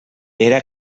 era